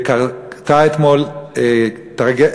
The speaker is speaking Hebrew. וקרתה אתמול טרגדיה,